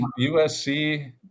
USC